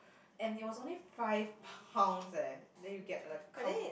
and it was only five pounds eh then you get like count